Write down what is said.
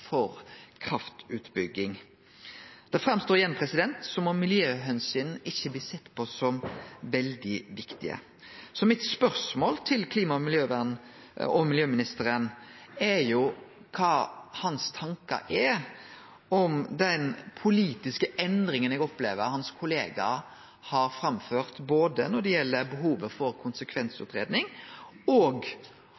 for kraftutbygging. Det verkar igjen som om miljøomsyn ikkje blir sett på som veldig viktige. Så mitt spørsmål til klima- og miljøministeren er kva hans tankar er om den politiske endringa eg opplever hans kollega har framført, når det gjeld både behovet for